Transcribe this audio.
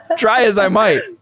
try as i might.